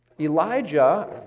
Elijah